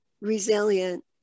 Resilient